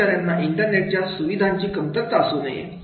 कर्मचाऱ्यांना इंटरनेटच्या सुविधांची कमतरता असू शकते